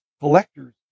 collectors